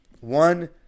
one